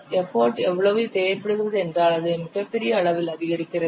effort எவ்வளவு தேவைப்படுகிறது என்றால் அது மிகப்பெரிய அளவில் அதிகரிக்கிறது